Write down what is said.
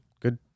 good